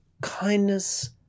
kindness